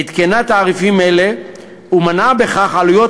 עדכנה תעריפים אלה ומנעה בכך עלויות